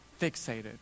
fixated